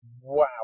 Wow